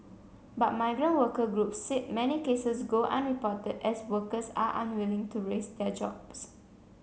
but migrant worker group said many cases go unreported as workers are unwilling to risk their jobs